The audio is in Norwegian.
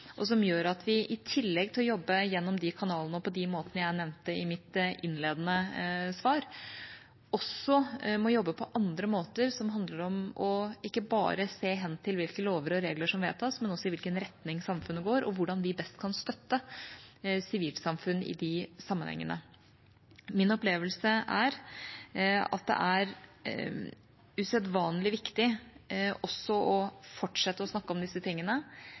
og som gjør at vi i tillegg til å jobbe gjennom de kanalene og på de måtene jeg nevnte i mitt innledende svar, må jobbe på andre måter. Det handler om ikke bare å se hen til hvilke lover og regler som vedtas, men også i hvilken retning samfunnet går, og hvordan vi best kan støtte sivilsamfunn i de sammenhengene. Min opplevelse er at det er usedvanlig viktig å fortsette å snakke om disse tingene